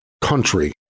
Country